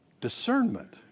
Discernment